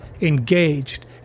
engaged